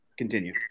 Continue